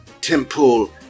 Temple